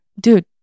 Dude